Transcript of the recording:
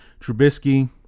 Trubisky